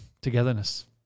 togetherness